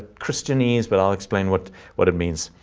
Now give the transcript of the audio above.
christianese. but i'll explain what what it means.